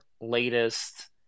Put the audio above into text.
latest